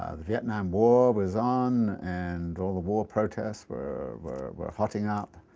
vietnam war was on, and all the war protests were were hotting up,